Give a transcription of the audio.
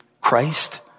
Christ